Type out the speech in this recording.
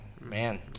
Man